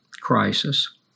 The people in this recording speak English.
crisis